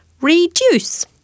reduce